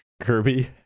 Kirby